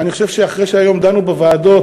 אני חושב שאחרי שהיום דנו בוועדות,